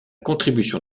contribution